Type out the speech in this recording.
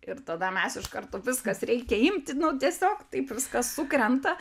ir tada mes iš karto viskas reikia imti nu tiesiog taip viskas sukrenta